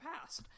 past